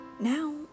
Now